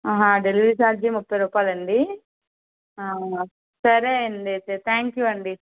ఆహ delivery charge ముప్పై రూపాయలా అండి అవునా సరే అండి అయితే థాంక్ యూ అండి